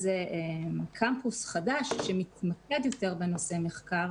להקים קמפוס חדש שמתמקד יותר בנושא מחקר.